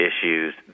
issues